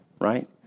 right